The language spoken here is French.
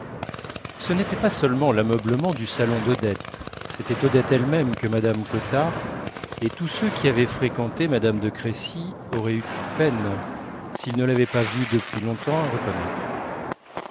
ce n'était pas seulement l'ameublement du salon d'odette c'était odette elle-même que mme cottard et tous ceux qui avaient fréquenté mme de crécy auraient eu peine s'ils ne l'avaient pas vue depuis longtemps à reconnaître